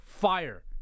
fire